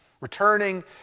Returning